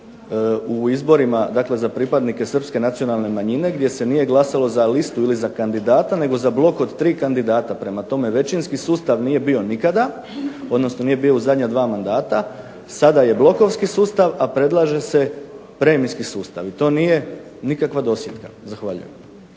u izborima, dakle za pripadnike srpske nacionalne manjine gdje se nije glasalo za listu ili za kandidata nego za blok od 3 kandidata. Prema tome, većinski sustav nije bio nikada, odnosno nije bio u zadnja 2 mandata. Sada je blokovski sustav, a predlaže se premijski sustav. I to nije nikakva dosjetka. Zahvaljujem.